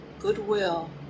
goodwill